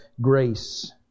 grace